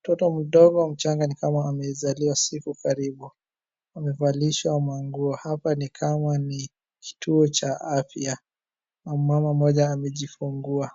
mtoto mdogo mchanga ni kama amezaliwa siku karibu, amevalishwa manguo, hapa ni kama ni kituo cha afya na mmama mmoja amejifungua.